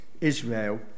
Israel